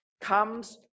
comes